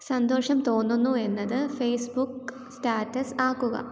സന്തോഷം തോന്നുന്നു എന്നത് ഫേസ്ബുക്ക് സ്റ്റാറ്റസ് ആക്കുക